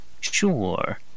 Sure